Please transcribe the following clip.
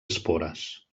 espores